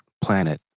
planet